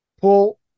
pull